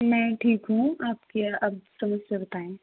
मैं ठीक हूँ आप क्या आप समस्या बताएं